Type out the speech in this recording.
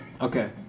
Okay